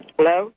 Hello